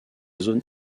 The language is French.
zone